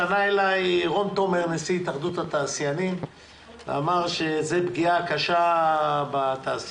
פנה אלי רון תומר נשיא התאחדות התעשיינים ואמר שזו פגיעה קשה בתעשייה.